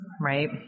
right